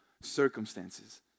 circumstances